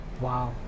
Wow